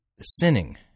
sinning